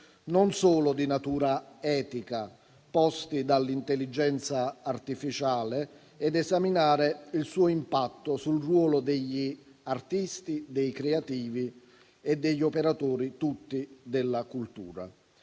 non solo di natura etica, posti dall'intelligenza artificiale ed esaminare il suo impatto sul ruolo degli artisti, dei creativi, degli operatori tutti della cultura;